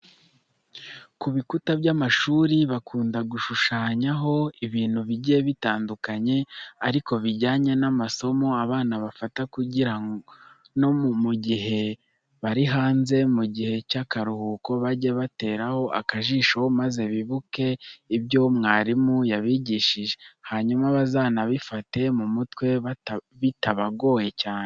Ku bikuta by'amashuri bakunda gushushanyaho ibintu bigiye bitandukanye ariko bijyanye n'amasomo abana bafata kugira no mu gihe bari hanze, mu gihe cy'akaruhuko bajye bateraho akajisho maze bibuke ibyo mwarimu yabigishije, hanyuma bazanabifate mu mutwe bitabagoye cyane.